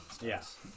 Yes